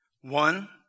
One